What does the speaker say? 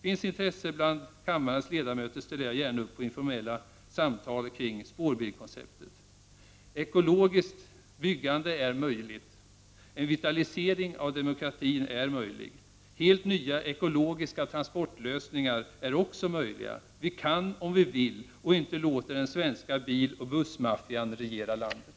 Finns intresse bland kammarens ledamöter ställer jag gärna upp till informella samtal kring spårbil-konceptet. Ekologiskt byggande är möjligt. En vitalisering av demokratin är möjlig. Helt nya ekologiska transportlösningar är också möjliga. Vi kan om vi vill och inte låter den svenska biloch bussmaffian regera landet.